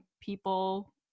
people